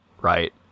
Right